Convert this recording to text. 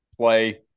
play